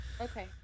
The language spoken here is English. Okay